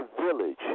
village